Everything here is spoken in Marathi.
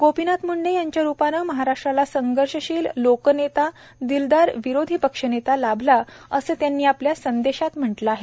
गोपीनाथराव मुंडे यांच्या रूपाने महाराष्ट्राला संघर्षशील लोकनेता दिलदार विरोधी पक्षनेता लाभला असं त्यांनी आपल्या संदेशात म्हंटले आहे